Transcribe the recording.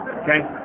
Okay